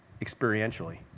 experientially